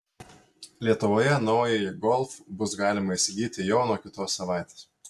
lietuvoje naująjį golf bus galima įsigyti jau nuo kitos savaitės